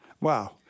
Wow